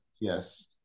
yes